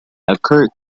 occurred